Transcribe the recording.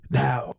now